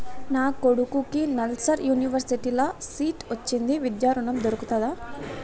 నా కొడుకుకి నల్సార్ యూనివర్సిటీ ల సీట్ వచ్చింది విద్య ఋణం దొర్కుతదా?